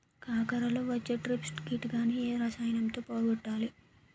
కాకరలో వచ్చే ట్రిప్స్ కిటకని ఏ రసాయనంతో పోగొట్టాలి?